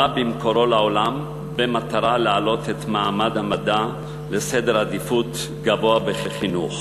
בא במקורו לעולם במטרה להעלות את מעמד המדע לעדיפות גבוהה בחינוך,